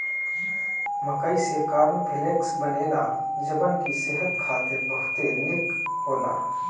मकई से corn flakes बनेला जवन की सेहत खातिर बहुते निक होला